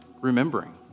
remembering